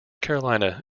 carolina